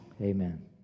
amen